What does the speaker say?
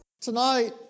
Tonight